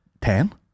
Ten